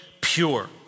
pure